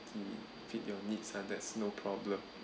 fit your needs lah and that's no problem